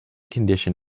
condition